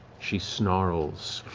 she snarls.